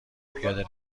پیاده